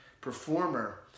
performer